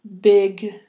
big